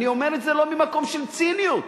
לא ממקום של ציניות.